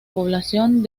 población